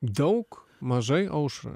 daug mažai aušra